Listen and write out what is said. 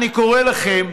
אני קורא לכם,